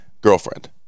girlfriend